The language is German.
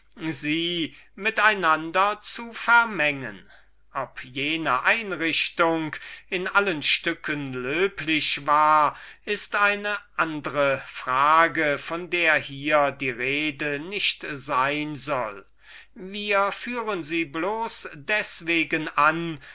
sie mit einander zu vermengen ob diese ganze einrichtung löblich war ist eine andre frage von der hier die rede nicht ist wir führen sie bloß deswegen an